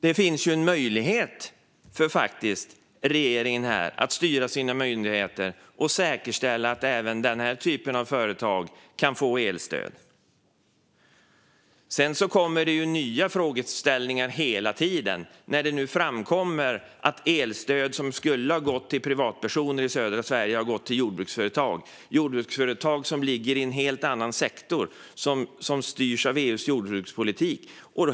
Det finns här en möjlighet för regeringen att styra sina myndigheter och säkerställa att även den här typen av företag kan få elstöd. Sedan uppstår det hela tiden nya frågeställningar när det nu framkommer att elstöd som skulle ha gått till privatpersoner i södra Sverige har gått till jordbruksföretag - jordbruksföretag som ligger i en helt annan sektor, som styrs av EU:s jordbrukspolitik.